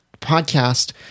podcast